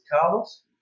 Carlos